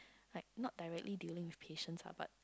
like not directly dealing with patients ah but